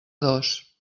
dos